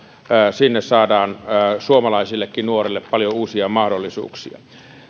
sinne saadaan suomalaisillekin nuorille paljon uusia mahdollisuuksia